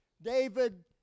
David